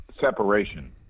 separation